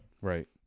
Right